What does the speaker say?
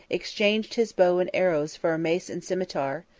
exchanged his bow and arrows for a mace and cimeter,